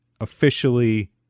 officially